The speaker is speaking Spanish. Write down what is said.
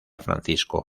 francisco